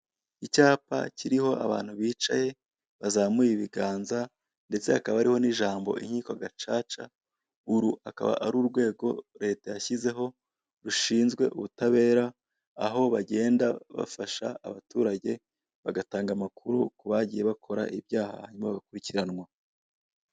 Icyapa kiriho abantu bicaye bazamuye ibiganza ndetse hakaba hariho n'ijambo inkiko gacaca, uru akaba ar'urwego leta yashyizeho rushinzwe ubutabera aho bagenda bafasha abaturage bagatanga amakuru ku bagiye bakora ibyaha hanyuma bagakurikiranwa.